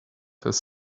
his